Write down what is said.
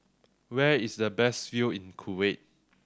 where is the best view in Kuwait